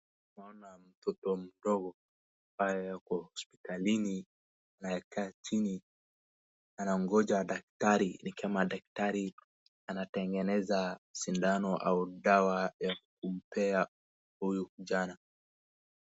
Naona mtoto mdogo ambaye ako hospitalini anakaa chini anaongoja daktari. Ni kama daktari anatengeneza sindano au dawa ya kumpea huyu kijana.